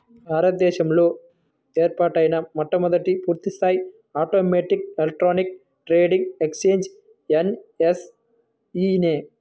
భారత దేశంలో ఏర్పాటైన మొట్టమొదటి పూర్తిస్థాయి automatic electronic trading exchange NSE నే